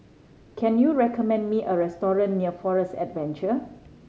can you recommend me a restaurant near Forest Adventure